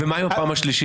ומה עם הפעם השלישית?